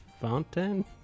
fountain